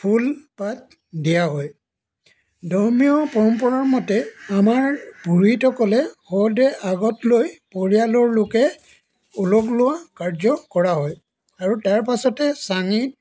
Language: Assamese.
ফুল পাত দিয়া হয় ধৰ্মীয় পৰম্পৰা মতে আমাৰ পুৰোহিতসকলে শৱদেহ আগত লৈ পৰিয়ালৰ লোকে ওলগ লোৱা কাৰ্য কৰা হয় আৰু তাৰ পাছতে চাঙিত